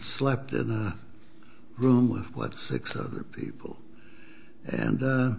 slept in a room with what six other people and